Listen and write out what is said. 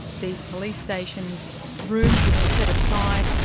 these police station rooms would be set aside,